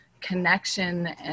connection